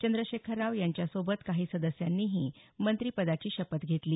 चंद्रशेखर राव यांच्यासोबत काही सदस्यांनीही मंत्रिपदाची शपथ घेतली